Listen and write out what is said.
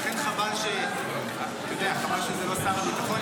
לכן חבל שזה לא שר הביטחון,